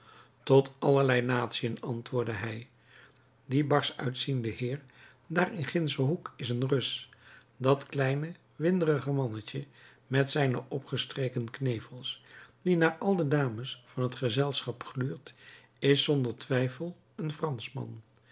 tot allerlei natiën antwoordde hij die barsch uitziende heer daar in gindschen hoek is een rus dat kleine winderige mannetje met zijne opgestreken knevels die naar al de dames van het gezelschap gluurt is zonder twijfel een franschman